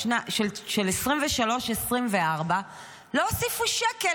בשנת 2022-2021 הוכנס בתקציב סכום של 1.7